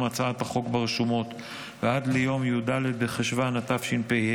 הצעת החוק ברשומות ועד ליום י"ד בחשוון התשפ"ה,